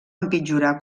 empitjorar